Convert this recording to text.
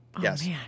Yes